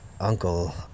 uncle